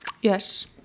Yes